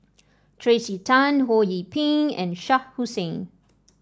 Tracey Tan Ho Yee Ping and Shah Hussain